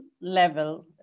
level